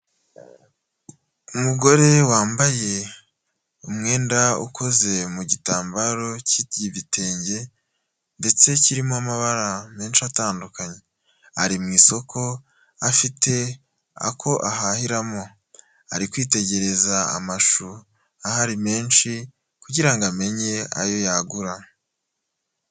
Umugore wambaye umwenda ukoze mu gitambaro cy'ibitenge, ndetse kirimo amabara menshi atandukanye, ari mu isoko afite ako ahahiramo, ari kwitegereza amashusho ahari menshi kugirango amenye ayo yagura.